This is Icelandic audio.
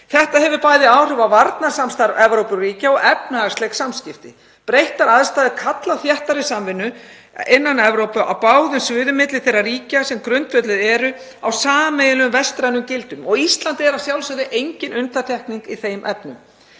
Þetta hefur bæði áhrif á varnarsamstarf Evrópuríkja og efnahagsleg samskipti. Breyttar aðstæður kalla á þéttari samvinnu innan Evrópu á báðum sviðum milli þeirra ríkja sem grundvölluð eru á sameiginlegum vestrænum gildum og Ísland er að sjálfsögðu engin undantekning í þeim efnum.